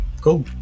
Cool